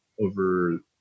over